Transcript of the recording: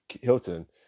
Hilton